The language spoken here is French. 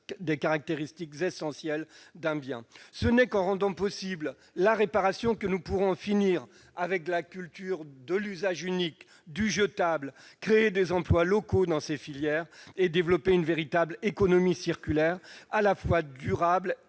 ses caractéristiques essentielles. Ce n'est qu'en rendant possible dans tous les cas la réparation que nous pourrons en finir avec la culture de l'usage unique, du jetable, créer des emplois locaux dans ces filières et développer une véritable économie circulaire. J'y insiste, il